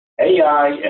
AI